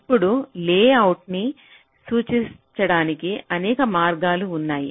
ఇప్పుడు లేఅవుట్ను సూచించడానికి అనేక మార్గాలు ఉన్నాయి